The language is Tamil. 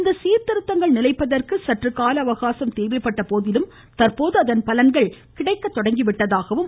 இந்த சீர்திருத்தங்கள் நிலைப்பதற்கு சற்று கால அவகாசம் தேவைப்பட்ட போதிலும் தற்போது அதன் பலன்கள் கிடைக்க தொடங்கிவிட்டதாக குறிப்பிட்டார்